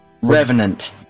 Revenant